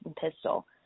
pistol